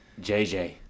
JJ